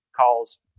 calls